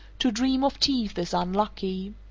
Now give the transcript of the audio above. to dream of teeth is unlucky.